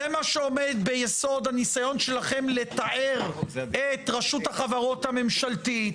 זה מה שעומד ביסוד הניסיון שלכם לתאר את רשות החברות הממשלתית,